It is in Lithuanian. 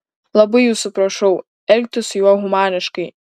labai jūsų prašau elgtis su juo humaniškai